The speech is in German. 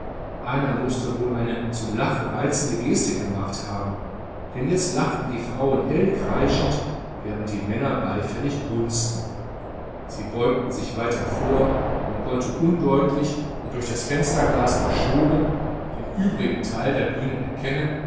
einer mußte wohl eine zum lachen reizende geste gemacht haben denn jetzt lachten die frauen hell kreischend während die männer beifällig grunzten sie beugten sich weiter vor man konnte undeutlich und durch das fensterglas verschoben den übrigen teil der bühne erkennen